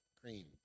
cream